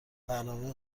برنامه